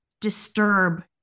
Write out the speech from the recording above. disturb